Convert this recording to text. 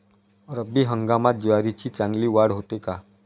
रब्बी हंगामात ज्वारीची चांगली वाढ होते का?